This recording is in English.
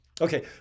Okay